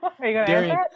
Darian